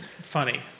funny